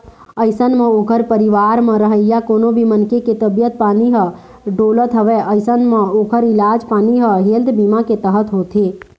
अइसन म ओखर परिवार म रहइया कोनो भी मनखे के तबीयत पानी ह डोलत हवय अइसन म ओखर इलाज पानी ह हेल्थ बीमा के तहत होथे